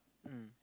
mm